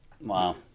Wow